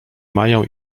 mają